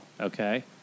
Okay